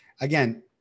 Again